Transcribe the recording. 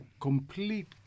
complete